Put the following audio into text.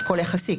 הכול יחסי.